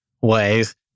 ways